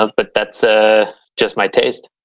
ah but that's ah just my taste.